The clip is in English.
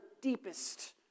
deepest